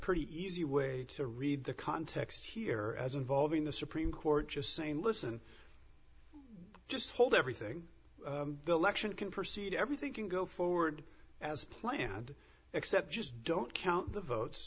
pretty easy way to read the context here as involving the supreme court just saying listen just hold everything the election can proceed everything can go forward as planned except just don't count the votes